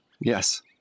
Yes